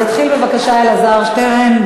יתחיל בבקשה אלעזר שטרן.